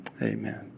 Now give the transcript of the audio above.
Amen